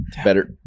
better